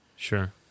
Sure